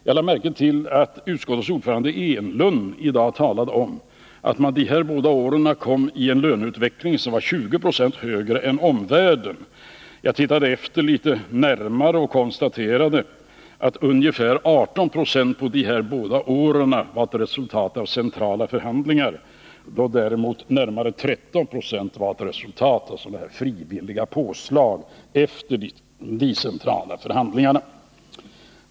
Jag lade märke till att utskottets ordförande Eric Enlund i dag talade om att löneutvecklingen dessa båda år var 20 96 högre än löneutvecklingen i omvärlden. Jag tittade efter litet närmare och kunde konstatera att ungefär 18 26 av denna lönestegring var ett resultat av centrala förhandlingar, medan närmare 13 9 var resultat av frivilliga påslag efter de centrala förhandlingarna.